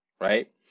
Right